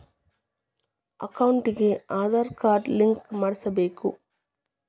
ಅಕೌಂಟಿಗೆ Aadhaar card link ಮಾಡಿಸಬೇಕು?